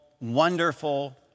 Wonderful